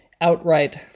outright